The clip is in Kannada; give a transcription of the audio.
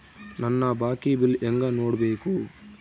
ನನ್ನ ಬಾಕಿ ಬಿಲ್ ಹೆಂಗ ನೋಡ್ಬೇಕು?